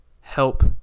help